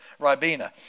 Ribena